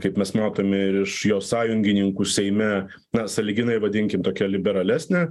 kaip mes matome ir iš jo sąjungininkų seime na sąlyginai vadinkim tokia liberalesnė